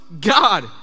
God